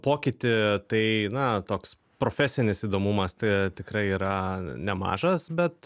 pokytį tai na toks profesinis įdomumas t tikrai yra nemažas bet